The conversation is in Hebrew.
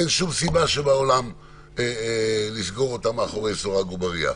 אין שום סיבה שבועלם לסגור אותם מאחורי סורג ובריח.